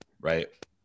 right